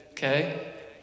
Okay